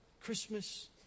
Christmas